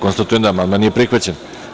Konstatujem da amandman nije prihvaćen.